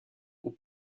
aux